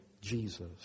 Jesus